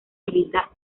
milita